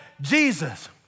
Jesus